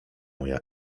moja